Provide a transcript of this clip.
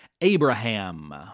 Abraham